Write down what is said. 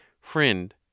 Friend